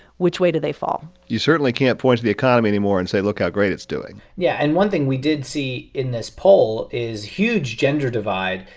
which way do they fall? you certainly can't point at the economy anymore and say, look how great it's doing yeah. and one thing we did see in this poll is huge gender divide,